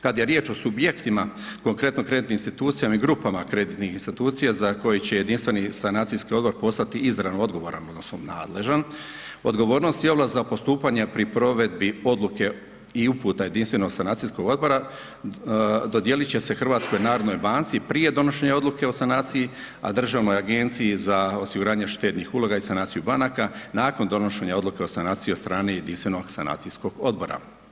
Kad je riječ o subjektima, konkretno kreditnim institucijama i grupama kreditnih institucija za koje će Jedinstveni sanacijski odbor postati izravno odgovoran odnosno nadležan, odgovornost i ovlast za postupanje pri provedbi odluke i uputa Jedinstvenog sanacijskog odbora, dodijelit će se HNB-u prije donošenja odluke o sanaciji, a Državnoj agenciji za osiguranje od štednih uloga i sanaciju banaka nakon donošenja odluke o sanaciji od strane jedinstvenog sanacijskog odbora.